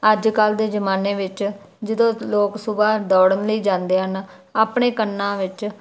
ਅੱਜ ਕੱਲ੍ਹ ਦੇ ਜ਼ਮਾਨੇ ਵਿੱਚ ਜਦੋਂ ਲੋਕ ਸੁਬਹਾ ਦੌੜਨ ਲਈ ਜਾਂਦੇ ਹਨ ਆਪਣੇ ਕੰਨਾਂ ਵਿੱਚ